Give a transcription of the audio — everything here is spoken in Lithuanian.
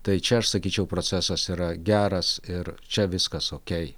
tai čia aš sakyčiau procesas yra geras ir čia viskas okei